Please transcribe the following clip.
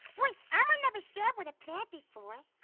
boy, elmo never shared with a plant before.